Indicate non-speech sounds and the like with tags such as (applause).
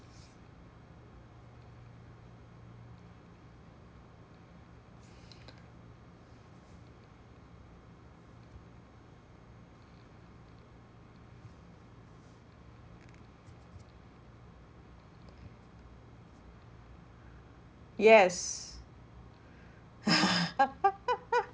yes (laughs)